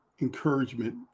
encouragement